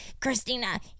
Christina